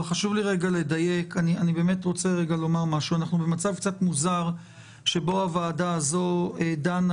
אנחנו במצב מוזר שבו הוועדה הזאת דנה